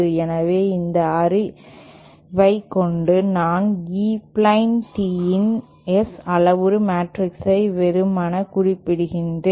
எனவே இந்த அறிவைக் கொண்டு நான் E பிளேன் Teeயின் S அளவுரு மேட்ரிக்ஸை வெறுமனே குறிப்பிடுகிறேன்